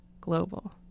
global